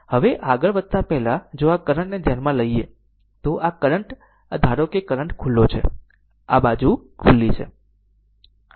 હવે આગળ વધતા પહેલા જો આ કરંટ ને ધ્યાનમાં લઈએ તો આ કરંટ આ ધારો કે આ કરંટ ખુલ્લો છે આ બાજુ ખુલ્લી છે